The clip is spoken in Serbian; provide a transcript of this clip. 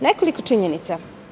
Nekoliko činjenica.